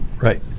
Right